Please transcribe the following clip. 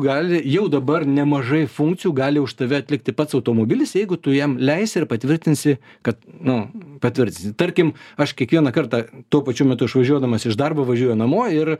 gali jau dabar nemažai funkcijų gali už tave atlikti pats automobilis jeigu tu jam leisi ir patvirtinsi kad nu patvirtinsi tarkim aš kiekvieną kartą tuo pačiu metu išvažiuodamas iš darbo važiuoju namo ir